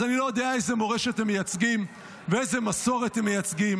אז אני לא יודע איזו מורשת הם מייצגים ואיזו מסורת הם מייצגים,